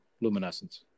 luminescence